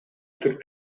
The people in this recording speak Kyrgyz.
түрк